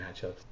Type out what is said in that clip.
matchups